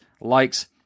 likes